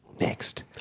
next